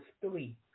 three